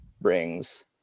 brings